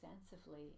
extensively